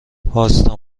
واستا